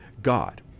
God